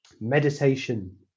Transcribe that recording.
Meditation